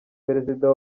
perezida